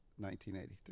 1983